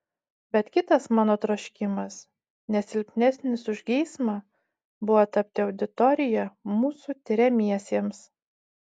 bet kitas mano troškimas ne silpnesnis už geismą buvo tapti auditorija mūsų tiriamiesiems